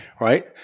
Right